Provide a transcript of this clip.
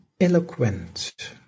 eloquent